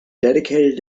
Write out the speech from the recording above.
dedicated